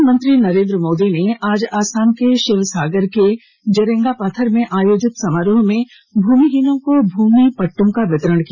प्रधानमंत्री नरेंद्र मोदी ने आज आसाम के शिवसागर के जेरेंगा पाथर में आयोजित समारोह में भूमि हीनों को भूमि पट्टा का वितरण किया